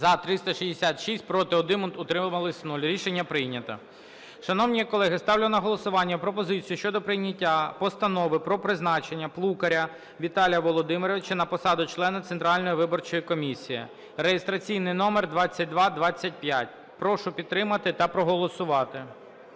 За-366 Проти – 1, утримались – 0. Рішення прийнято. Шановні колеги, ставлю на голосування пропозицію щодо прийняття Постанови про призначення Плукаря Віталія Володимировича на посаду члена Центральної виборчої комісії (реєстраційний номер 2225). Прошу підтримати та проголосувати.